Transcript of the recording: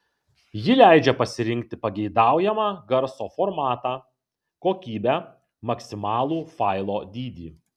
ji leidžia pasirinkti pageidaujamą garso formatą kokybę maksimalų failo dydį